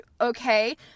okay